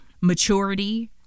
Maturity